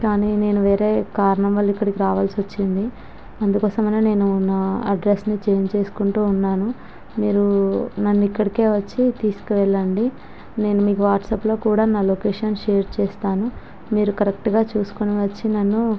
కానీ నేను వేరే కారణం వల్ల ఇక్కడికి రావలసివచ్చింది అందుకోసమనే నేను నా అడ్రెస్సును చేంజ్ చేసుకుంటున్నాను మీరు నన్ను ఇక్కడికే వచ్చి తీసుకువెళ్ళండి నేను మీకు వాట్సాప్లో కూడా నా లొకేషన్ షేర్ చేస్తాను మీరు కరెక్టుగా చూసుకునివచ్చి నన్ను